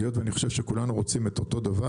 היות ואני חושב שכולנו רוצים את אותו דבר,